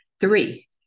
Three